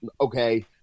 okay